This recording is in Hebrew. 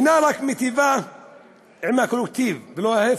זה רק מיטיב עם הקולקטיב ולא ההפך.